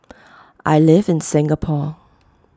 I live in Singapore